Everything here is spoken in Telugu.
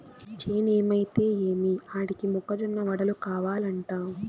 చేనేమైతే ఏమి ఆడికి మొక్క జొన్న వడలు కావలంట